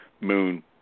moon